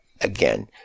again